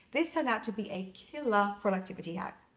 this turned out to be a killer productivity hack.